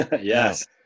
Yes